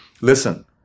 Listen